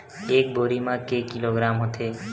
एक बोरी म के किलोग्राम होथे?